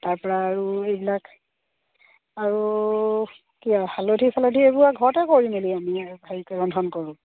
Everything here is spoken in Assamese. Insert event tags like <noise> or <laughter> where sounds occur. তাৰপৰা আৰু এইবিলাক আৰু কি আৰু হালধি চালধি এইবোৰ ঘৰতে কৰি মেলি আমি আৰু <unintelligible> ৰন্ধন কৰোঁ